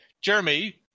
Jeremy